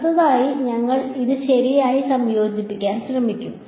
അടുത്തതായി ഞങ്ങൾ അത് ശരിയായി സംയോജിപ്പിക്കാൻ ശ്രമിക്കും